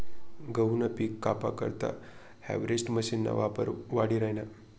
गहूनं पिक कापा करता हार्वेस्टर मशीनना वापर वाढी राहिना